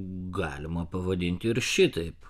galima pavadinti ir šitaip